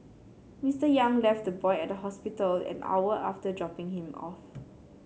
Mister Yang left the boy at the hospital an hour after dropping him off